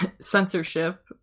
censorship